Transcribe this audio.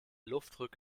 luftdruck